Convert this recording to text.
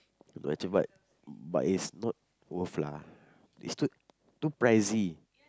nak cepat but is not worth lah it's too too pricey